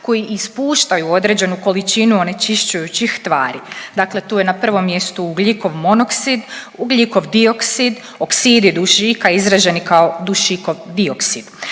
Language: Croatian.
koji ispuštaju određenu količinu onečišćujućih tvari. Dakle tu je na prvom mjestu ugljikov monoksid, ugljikov dioksid, oksidi dušika izraženi kao dušikov dioksid